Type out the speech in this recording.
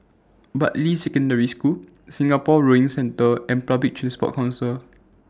Bartley Secondary School Singapore Rowing Centre and Public Transport Council